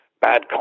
bad